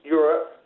Europe